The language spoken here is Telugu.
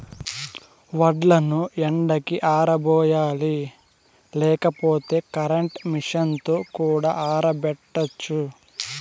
వడ్లను ఎండకి ఆరబోయాలి లేకపోతే కరెంట్ మెషీన్ తో కూడా ఆరబెట్టచ్చు